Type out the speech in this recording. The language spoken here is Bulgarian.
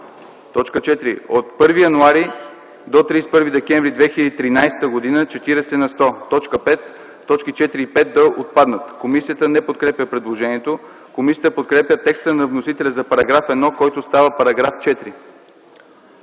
сто. 4. От 1 януари до 31 декември 2013 г. – 40 на сто. 5. Точки 4 и 5 да отпаднат.” Комисията не подкрепя предложението. Комисията подкрепя текста на вносителя за § 1, който става § 4.